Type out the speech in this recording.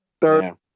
third